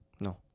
No